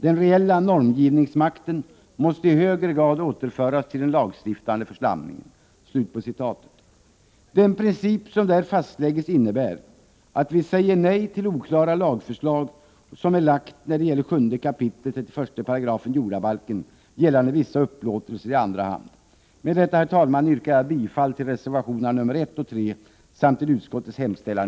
Den reella normgivningsmakten måste i högre grad återföras till den lagstiftande församlingen.” Den princip som där fastläggs innebär att vi säger nej till det oklara lagförslag som framlagts när det gäller 7 kap. 31 § jordabalken gällande vissa upplåtelser i andra hand. Med detta, herr talman, yrkar jag bifall till reservationerna 1 och 3 samt i övrigt till utskottets hemställan.